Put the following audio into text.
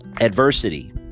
adversity